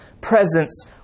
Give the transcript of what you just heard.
presence